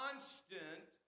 Constant